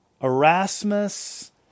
Erasmus